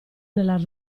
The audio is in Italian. nella